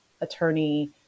attorney